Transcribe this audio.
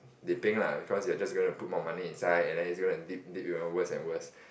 dipping lah because you're just gonna put more money inside and then it's gonna dip even worse and worse